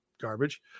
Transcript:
garbage